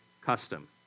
custom